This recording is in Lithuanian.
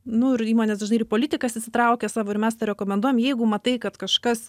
nu ir įmonės dažnai ir į politikas įsitraukia savo ir mes rekomenduojam jeigu matai kad kažkas